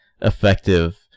effective